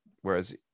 Whereas